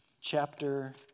chapter